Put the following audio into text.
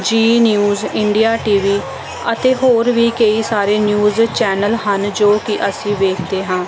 ਜੀ news India T V ਅਤੇ ਹੋਰ ਵੀ ਕਈ ਸਾਰੇ ਨਿਊਜ ਚੈਨਲ ਹਨ ਜੋ ਕਿ ਅਸੀਂ ਵੇਖਦੇ ਹਾਂ